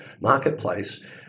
marketplace